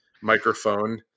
microphone